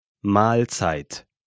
Mahlzeit